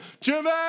Jimmy